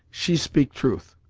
she speak truth.